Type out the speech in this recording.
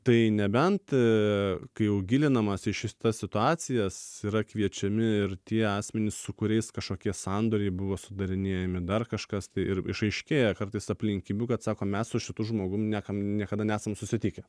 tai nebent kai jau gilinamasi į šitas situacijas yra kviečiami ir tie asmenys su kuriais kažkokie sandoriai buvo sudarinėjami dar kažkas tai ir išaiškėja kartais aplinkybių kad sako mes su šituo žmogum niekam niekada nesam susitikę